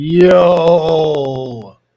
Yo